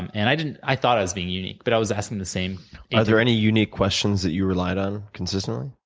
and and i didn't i thought i was being unique, but i was asking the same are there any unique questions that you relied on consistently?